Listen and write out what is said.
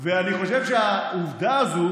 ואני חושב שהעובדה הזו